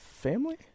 Family